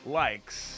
likes